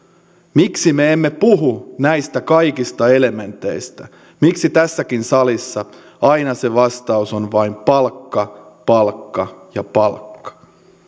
miksi me emme puhu näistä kaikista elementeistä miksi tässäkin salissa aina se vastaus on vain palkka palkka ja palkka